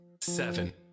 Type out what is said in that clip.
seven